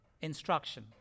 instruction